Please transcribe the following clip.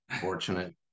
fortunate